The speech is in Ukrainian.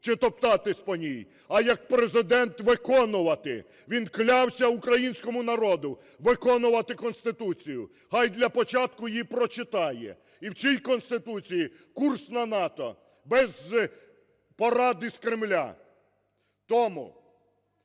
чи топтатись по ній, а як Президент – виконувати. Він клявся українському народу виконувати Конституцію, хай для початку її прочитає. І в цій Конституцій – курс на НАТО, без порад із Кремля. Тому